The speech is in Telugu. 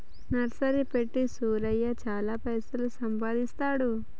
నర్సరీ పెట్టి సూరయ్య చాల పైసలు సంపాదిస్తాండు